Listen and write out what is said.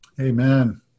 Amen